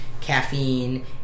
caffeine